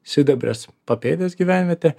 sidabrės papėdės gyvenvietė